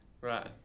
right